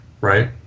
Right